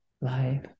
life